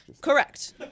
Correct